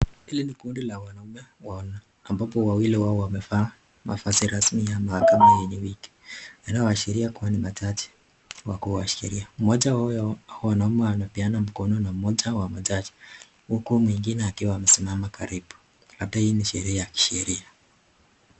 Hili ni kundi la wanaume wanne ambapo wawili wao wamevaa mavazi rasmi ya mahakama yenye (cs)wig(cs), inayoashiria kuwa ni majaji wakuu wa sheria mmoja huyo wa wanaume anapeana mkono na mmoja wa majaji huku mwingine akiwa amesimama karibu labda hii ni sherehe ya kisheria.